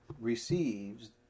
receives